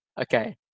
okay